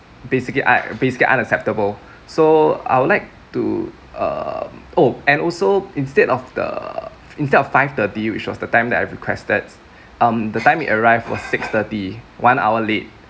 basically un~ basically unacceptable so I would like to um oh and also instead of the instead of five thirty which was the time that I requested um the time it arrived was six thirty one hour late